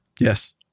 Yes